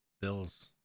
Bills